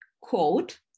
quote